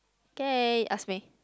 K ask me